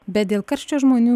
bet dėl karščio žmonių